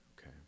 okay